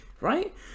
right